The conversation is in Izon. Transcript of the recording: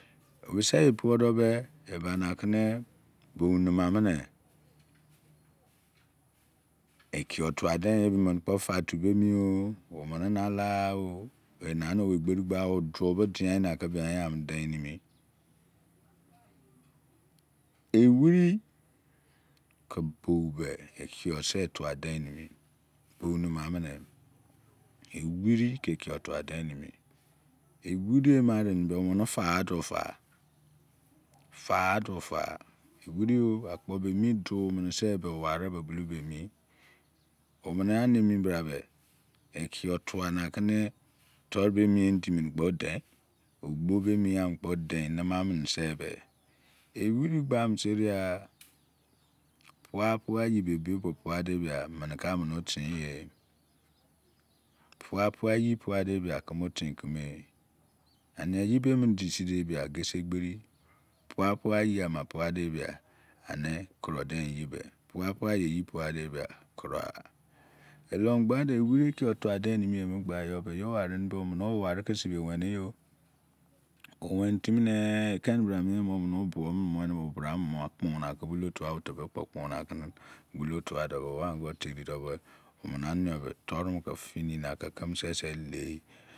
Bi seye buo dede eba na kene bounama be ekiyo tuadein yebe mene kpo patu bemiyo omene nakqha o owu dube diapana bianyamene deinimi ewir ke bou be ekiyosi tuadeinimi bou nema mene ewiri kekiyor tua deinimii ewiri ema ri nimi be omene daqha du da dagha du pa ewiri o akpo bemi duminise owari be bu abeni omene aniemi brabe ekiyor tua nakene toru bemi endi mene kpo deinimi ogbobemi yai mene kpo dein nama menesebe ewiri gbama seria mua pua eyi ebe bo pua debia meneke ame ne otinye pua pua yi pua de bia keme otin kume ani ya eyibemudi sindebia qesie gberi pua pua eyi ama pua debi a ani kuro dein eyi be pua pu eyi pua debia kuro gha elomu gbene ewiri eki yor tua deinimiye gbanimibe yomaride bia omene amene wari kekere siae meneyi oweni timine ekeni bra miebo omene obuo mene mo obramene mo kponakene bulu botuado owamene ango keritabe omene ani yo be torumene ke dini nakene eleyi